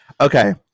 Okay